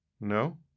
No